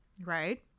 Right